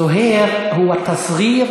זוהיר הוא (אומר בערבית: